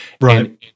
Right